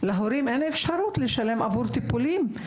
להורים אין אפשרות לשלם עבור טיפולים,